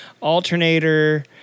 alternator